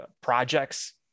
projects